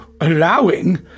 Allowing